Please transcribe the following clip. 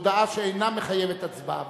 הודעה שאינה מחייבת הצבעה.